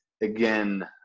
again